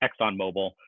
ExxonMobil